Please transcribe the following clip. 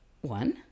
one